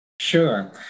Sure